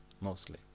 mostly